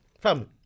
fam